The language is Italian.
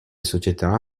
società